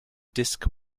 disc